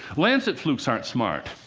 lancet flukes aren't smart.